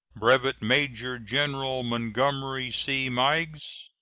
brevet major-general montgomery c. meigs,